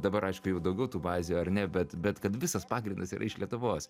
dabar aišku jau daugiau tų bazių ar ne bet bet kad visas pagrindas yra iš lietuvos